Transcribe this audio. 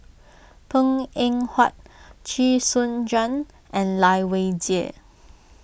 Png Eng Huat Chee Soon Juan and Lai Weijie